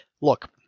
look